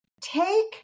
Take